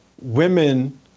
women